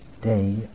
day